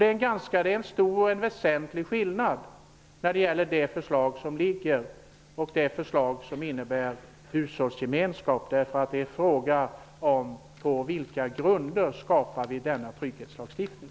Det är alltså en stor och väsentlig skillnad mellan det förslag som föreligger i dag och ett förslag som är baserat på hushållsgemenskap. Frågan gäller på vilka grunder vi skall skapa denna trygghetslagstiftning.